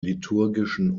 liturgischen